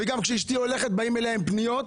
וגם כשאשתי הולכת באים אליה עם פניות,